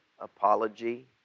apology